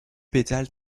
pétales